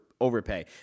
overpay